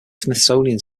smithsonian